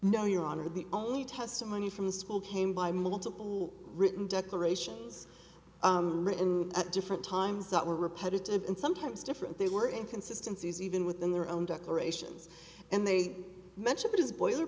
no your honor the only testimony from the school came by multiple written declarations written at different times that were repetitive and sometimes different they were inconsistency is even within their own declarations and they mentioned it is bo